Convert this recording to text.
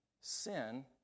sin